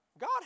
God